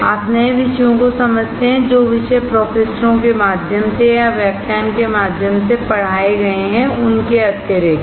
आप नए विषयों को समझते हैं जो विषय प्रोफेसरों के माध्यम से या व्याख्यान के माध्यम से पढ़ाए गए हैं उनके अतिरिक्त